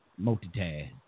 multitask